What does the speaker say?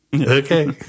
okay